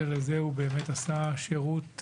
מעבר לזה הוא באמת עשה שירות,